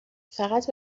فقط